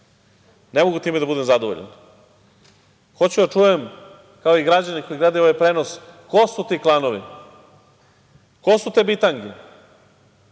ne mogu time da budem zadovoljan. Hoću da čujem kao i građani koji gledaju ovaj prenos ko su ti klanovi, ko su te bitange,